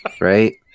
right